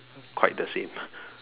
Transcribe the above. quite the same